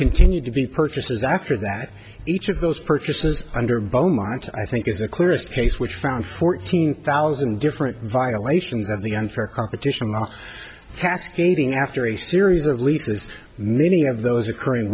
continued to be purchases after that each of those purchases under beaumont's i think is the clearest case which found fourteen thousand different violations of the unfair competition law cascading after a series of leases many of those occurring